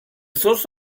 source